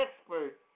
expert